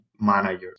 manager